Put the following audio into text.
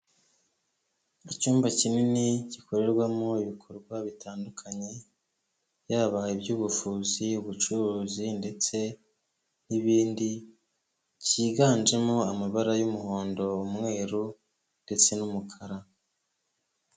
Icyumba kinini gikorerwamo ibikorwa bitandukanye byabaye iby'ubuvuzi, ubucuruzi ndetse n'ibindi cyiganjemo amabara y'umuhondo umweru ndetse n'umukara.